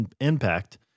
impact